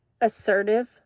assertive